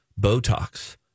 Botox